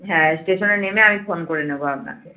হ্যাঁ স্টেশনে নেমে আমি ফোন করে নেব আপনাকে